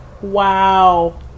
Wow